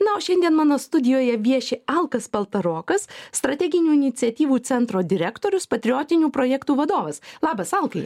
na o šiandien mano studijoje vieši alkas paltarokas strateginių iniciatyvų centro direktorius patriotinių projektų vadovas labas alkai